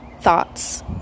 thoughts